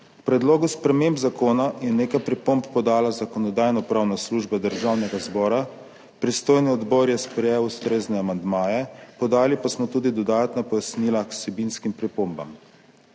K predlogu sprememb zakona je nekaj pripomb podala Zakonodajno-pravna služba Državnega zbora, pristojni odbor je sprejel ustrezne amandmaje, podali pa smo tudi dodatna pojasnila k vsebinskim pripombam.